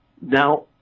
now